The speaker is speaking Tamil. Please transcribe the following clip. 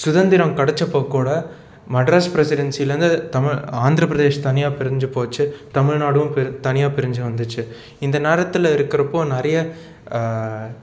சுதந்திரம் கிடச்சப்ப கூட மெட்ராஸ் பிரசிடென்சிலேருந்து தமிழ் ஆந்திரப்பிரதேஷ் தனியாக பிரிந்து போச்சு தமிழ்நாடும் பிரி தனியாக பிரிந்து வந்துடுச்சு இந்த நேரத்தில் இருக்கிறப்போ நிறையா